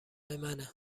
منه